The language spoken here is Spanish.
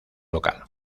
local